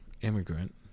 immigrant